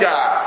God